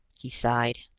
he sighed.